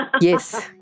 Yes